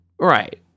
Right